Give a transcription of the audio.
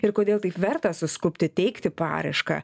ir kodėl taip verta suskubti teikti paraišką